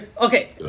Okay